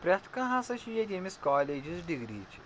پرٛٮ۪تھ کانٛہہ ہَسا چھُ ییٚتہِ ییٚمِس کالیجِج ڈِگری چھِ